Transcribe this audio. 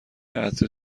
عطر